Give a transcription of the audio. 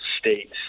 states